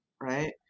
right